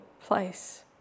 place